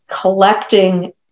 collecting